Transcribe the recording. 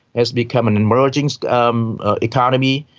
has become an emerging so um economy.